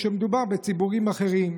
כשמדובר בציבורים אחרים.